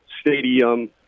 stadium